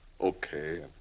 Okay